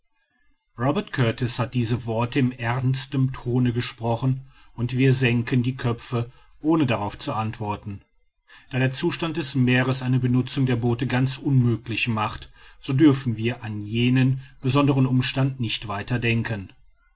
robert kurtis hat diese worte in ernstem tone gesprochen und wir senken die köpfe ohne darauf zu antworten da der zustand des meeres eine benutzung der boote ganz unmöglich macht so dürfen wir an jenen besonderen umstand nicht weiter denken